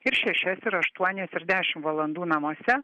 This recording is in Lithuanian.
ir šešias ir aštuonias ir dešim valandų namuose